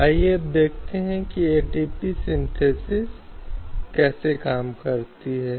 और यह वह जगह है जहाँ हम निर्देशक सिद्धांत का प्रत्यक्ष कार्यान्वयन या इसका तत्काल कार्यान्वयन नहीं देख सकते हैं